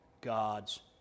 God's